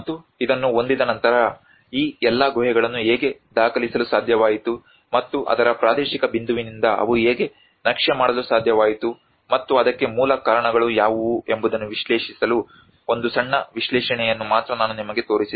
ಮತ್ತು ಇದನ್ನು ಹೊಂದಿದ ನಂತರ ಈ ಎಲ್ಲಾ ಗುಹೆಗಳನ್ನು ಹೇಗೆ ದಾಖಲಿಸಲು ಸಾಧ್ಯವಾಯಿತು ಮತ್ತು ಅದರ ಪ್ರಾದೇಶಿಕ ಬಿಂದುವಿನಿಂದ ಅವು ಹೇಗೆ ನಕ್ಷೆ ಮಾಡಲು ಸಾಧ್ಯವಾಯಿತು ಮತ್ತು ಅದಕ್ಕೆ ಮೂಲ ಕಾರಣಗಳು ಯಾವುವು ಎಂಬುದನ್ನು ವಿಶ್ಲೇಷಿಸಲು ಒಂದು ಸಣ್ಣ ವಿಶ್ಲೇಷಣೆಯನ್ನು ಮಾತ್ರ ನಾನು ನಿಮಗೆ ತೋರಿಸಿದೆ